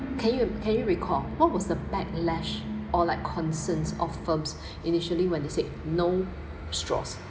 can you can you recall what was the backlash or like concerns of firms initially when they said no straws